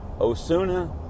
Osuna